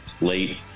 late